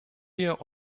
wir